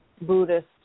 Buddhist